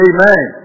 Amen